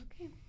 Okay